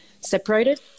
separated